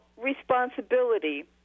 responsibility